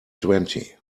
twenty